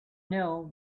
know